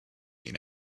mean